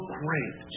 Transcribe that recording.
great